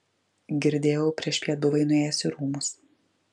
girdėjau priešpiet buvai nuėjęs į rūmus